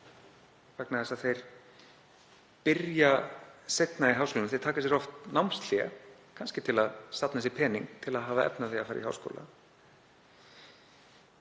vegna þess að þeir byrja seinna í háskóla. Þeir taka sér oft námshlé, kannski til að safna pening til að hafa efni á því að fara í háskóla.